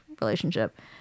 relationship